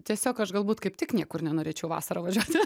tiesiog aš galbūt kaip tik niekur nenorėčiau vasarą važiuot